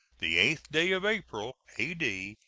the eighth day of april, a d.